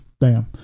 Bam